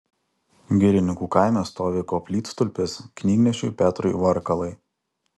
girininkų kaime stovi koplytstulpis knygnešiui petrui varkalai